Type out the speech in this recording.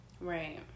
Right